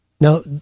Now